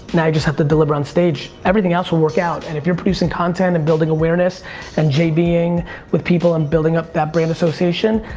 now you just have to deliver on stage. everything else will work out and if you're producing content and building awareness and jay being with people and building up that brand association,